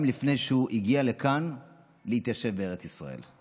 לפני שהוא הגיע לכאן להתיישב בארץ ישראל.